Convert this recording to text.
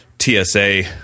tsa